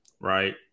right